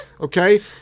Okay